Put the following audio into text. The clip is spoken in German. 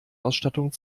ausstattung